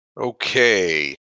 Okay